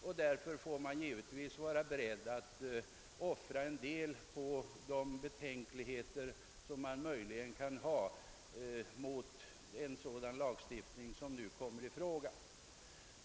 För detta får man: givetvis vara beredd att offra en del av de betänkligheter som man möjligen: kan ha mot en sådan lagstiftning som: nu kommer i fråga.